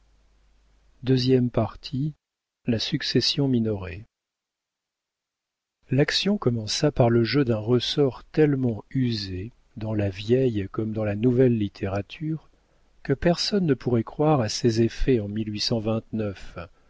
la succession minoret l'action commença par le jeu d'un ressort tellement usé dans la vieille comme dans la nouvelle littérature que personne ne pourrait croire à ses effets en